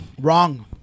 Wrong